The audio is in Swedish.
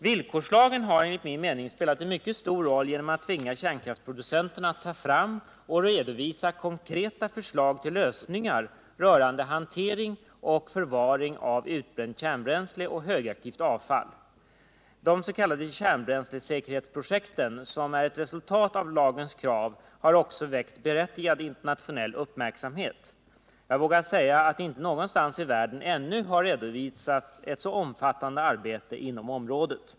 Villkorslagen har enligt min mening spelat en mycket stor roll genom att tvinga kärnkraftsproducenterna att ta fram och redovisa konkreta förslag till lösningar rörande hantering och förvaring av utbränt kärnbränsle och högaktivt avfall. De s.k. kärnbränslesäkerhetsprojekten , som är ett resultat av lagens krav, har också väckt berättigad internationell uppmärksamhet. Jag vågar säga att det inte någon annanstans i världen ännu har redovisats ett så omfattande arbete inom området.